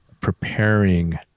preparing